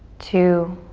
two,